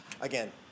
Again